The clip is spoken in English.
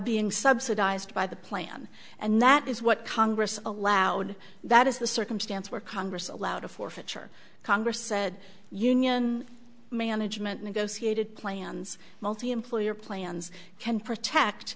being subsidized by the plan and that is what congress allowed that is the circumstance where congress allowed a forfeiture congress said union management negotiated plans multiemployer plans can protect